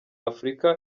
africa